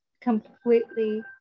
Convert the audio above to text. completely